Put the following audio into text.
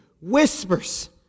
whispers